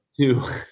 Two